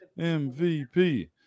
MVP